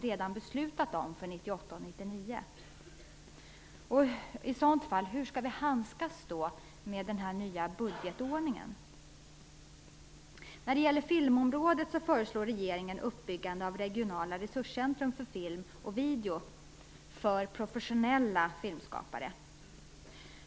Hur skall vi i så fall handskas med den nya budgetordningen? När det gäller filmområdet föreslår regeringen uppbyggandet av regionala resurscentrum för film och video för professionella filmskapare.